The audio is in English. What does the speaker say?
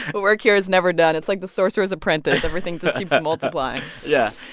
but work here is never done. it's like the sorcerer's apprentice. everything just keeps multiplying yeah.